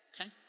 Okay